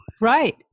Right